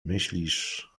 myślisz